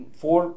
four